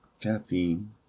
caffeine